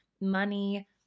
money